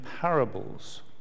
parables